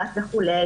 הבת וכו',